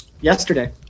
Yesterday